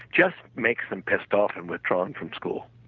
just makes them pissed off and withdrawn from school